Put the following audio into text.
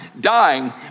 dying